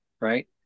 right